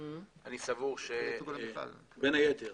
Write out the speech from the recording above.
אני סבור שבין היתר